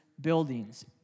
buildings